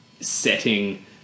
setting